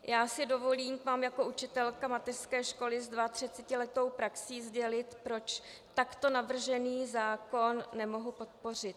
Já si dovolím k vám jako učitelka mateřské školy s 32letou praxí sdělit, proč takto navržený zákon nemohu podpořit.